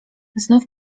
znów